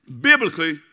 Biblically